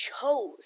chose